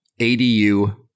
ADU